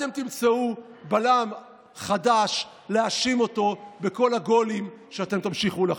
אתם תמצאו בלם חדש להאשים אותו בכל הגולים שאתם תמשיכו לחטוף.